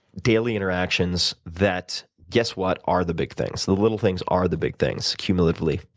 daily interactions that guess what? are the big things. the little things are the big things, cumulatively.